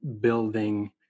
building